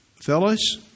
fellas